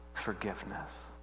forgiveness